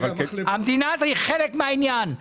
המדינה היא חלק מהעניין.